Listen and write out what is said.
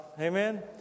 Amen